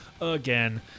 again